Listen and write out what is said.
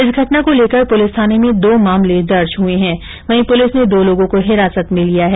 इस घटना को लेकर पुलिस थाने में दो मामले दर्ज हुए हैं वहीं पुलिस ने दो लोगों को हिरासत में लिया है